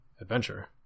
adventure